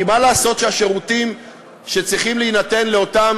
כי מה לעשות שהשירותים שצריכים להינתן באותן